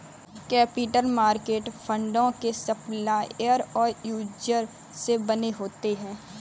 capital market फंडों के supplier और यूजर से बने होते हैं